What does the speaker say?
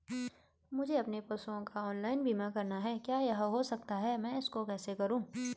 मुझे अपने पशुओं का ऑनलाइन बीमा करना है क्या यह हो सकता है मैं इसको कैसे करूँ?